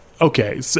Okay